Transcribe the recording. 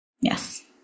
Yes